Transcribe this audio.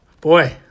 Boy